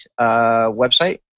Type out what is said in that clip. website